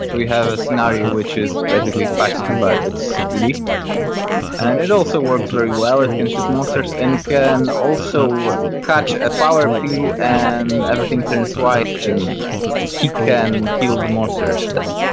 we have a scenario which is basically pac-man, but it's three d. and it also works very well. it can shoot monsters and can also catch a power pill and everything turns white and he can kill the monsters then.